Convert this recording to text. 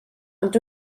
ond